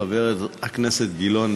חבר הכנסת גילאון,